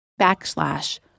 backslash